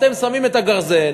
אתם שמים את הגרזן,